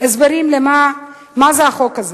הסברים מה זה החוק הזה: